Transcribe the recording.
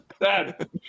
dad